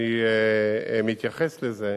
אני מתייחס לזה,